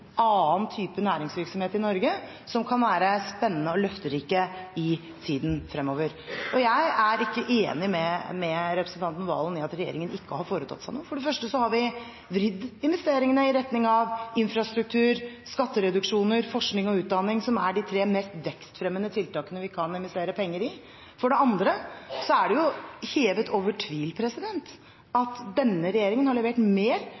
annen type næringsvirksomhet i Norge, som kan være spennende og løfterik i tiden fremover. Jeg er ikke enig med representanten Serigstad Valen i at regjeringen ikke har foretatt seg noe. For det første har vi vridd investeringene i retning av infrastruktur, skattereduksjoner, forskning og utdanning, som er de tre mest vekstfremmende tiltakene vi kan investere penger i. For det andre er det hevet over tvil at denne regjeringen har levert mer